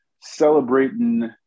Celebrating